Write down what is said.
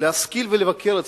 להשכיל ולבקר אצלם.